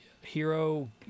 hero